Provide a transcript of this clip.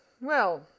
Well